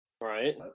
Right